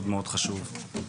מאוד חשוב.